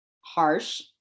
Harsh